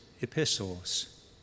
epistles